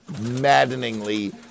maddeningly